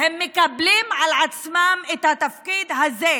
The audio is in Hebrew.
הם מקבלים על עצמם את התפקיד הזה,